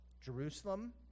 Jerusalem